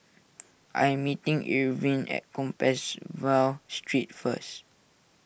I am meeting Irvin at Compassvale Street first